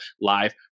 live